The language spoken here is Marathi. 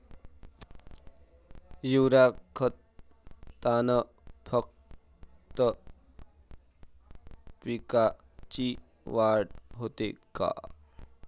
युरीया खतानं फक्त पिकाची वाढच होते का?